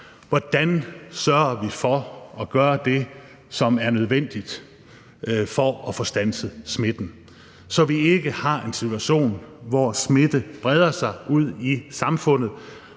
hvordan vi sørger for at gøre det, som er nødvendigt for at få standset smitten, så vi ikke har en situation, hvor smitte breder sig ud i samfundet